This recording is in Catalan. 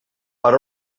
per